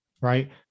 right